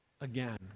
again